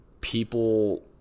people